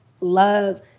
love